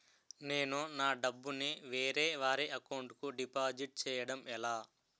నేను నా డబ్బు ని వేరే వారి అకౌంట్ కు డిపాజిట్చే యడం ఎలా?